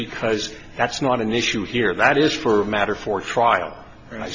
because that's not an issue here that is for a matter for trial